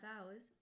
hours